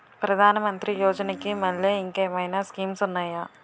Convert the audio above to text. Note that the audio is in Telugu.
ప్రధాన మంత్రి యోజన కి మల్లె ఇంకేమైనా స్కీమ్స్ ఉన్నాయా?